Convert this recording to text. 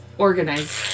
Organized